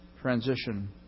transition